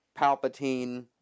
Palpatine